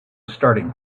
starting